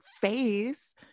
face